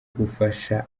gufasha